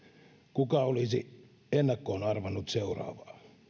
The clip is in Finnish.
kuka olisi ennakkoon arvannut seuraavaa